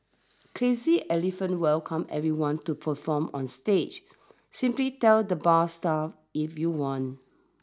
Crazy Elephant welcomes everyone to perform on stage simply tell the bar staff if you want